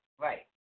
Right